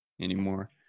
Anymore